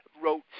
wrote